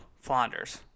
Flanders